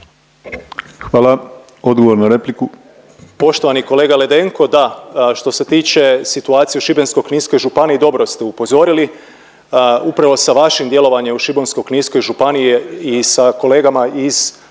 vam. Odgovor na repliku.